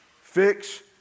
fix